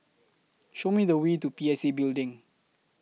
Show Me The Way to P S A Building